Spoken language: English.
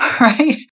right